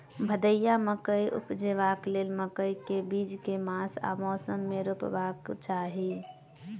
भदैया मकई उपजेबाक लेल मकई केँ बीज केँ मास आ मौसम मे रोपबाक चाहि?